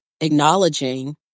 acknowledging